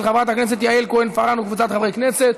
של חברת הכנסת יעל כהן-פארן וקבוצת חברי הכנסת.